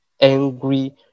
angry